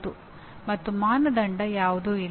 ಮತ್ತು ಮಾನದಂಡ ಯಾವುದೂ ಇಲ್ಲ